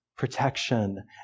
protection